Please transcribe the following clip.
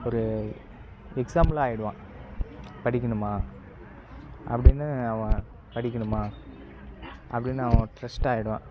ஒரு எக்ஸாம்புள் ஆகிடுவான் படிக்கணுமா அப்படின்னு அவன் படிக்கணுமா அப்படின்னு அவன் டிரெஸ்ட் ஆயிடுவான்